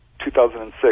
2006